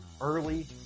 early